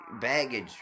baggage